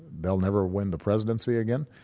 they'll never win the presidency again.